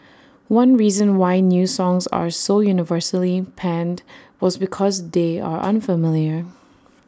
one reason why new songs are so universally panned was because they are unfamiliar